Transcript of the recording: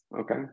okay